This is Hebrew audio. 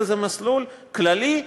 אלא זה מסלול כללי,